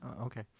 Okay